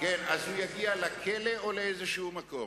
אז הוא יגיע לכלא או לאיזה מקום.